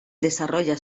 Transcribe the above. desarrolla